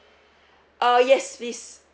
err yes please